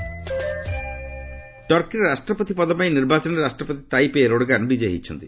Turkey result ଟର୍କିର ରାଷ୍ଟ୍ରପତି ପଦପାଇଁ ନିର୍ବାଚନରେ ରାଷ୍ଟ୍ରପତି ତାଇପ୍ ଏର୍ଡୋଗାନ୍ ବିଜୟୀ ହୋଇଛନ୍ତି